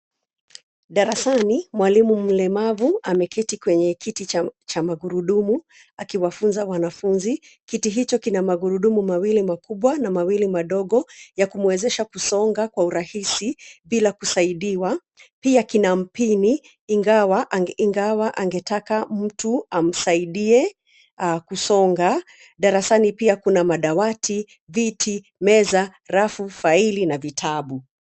Darasani mwalimu mlemavu ameketi kwenye kiti cha magurudumu akiwafunza wanafunzi. Kiti hicho kina magurudumu mawili makubwa na mawili madogo yakumwezesha kusonga kwa urahisi bila kusaidiwa. Pia kina mpini ingawa angetaka mtu amsaidie kusonga. Darasani pia kuna madawati, viti meza, rafu, faili na vitabu.